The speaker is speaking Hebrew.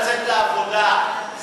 לצאת לעבודה.